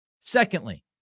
Secondly